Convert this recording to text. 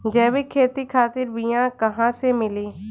जैविक खेती खातिर बीया कहाँसे मिली?